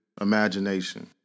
imagination